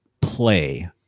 play